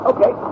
Okay